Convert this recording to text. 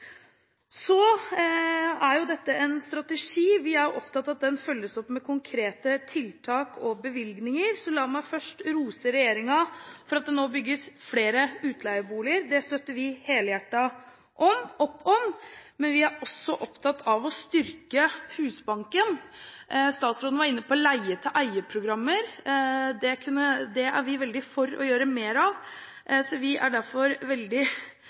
er en strategi som vi er opptatt av følges opp med konkrete tiltak og bevilgninger, så la meg først få rose regjeringen for at det nå bygges flere utleieboliger. Det støtter vi helhjertet opp om. Men vi er også opptatt av å styrke Husbanken. Statsråden var inne på eie-til-leie-programmer. Det er vi veldig for å gjøre mer av, så vi synes det er veldig